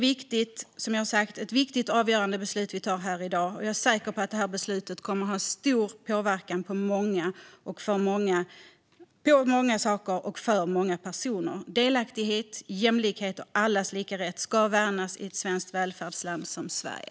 Det är ett viktigt och avgörande beslut kammaren tar i dag, och jag är säker på att besluten kommer att påverka mycket för många personer. Delaktighet, jämlikhet och allas lika rätt ska värnas i välfärdslandet Sverige.